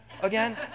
again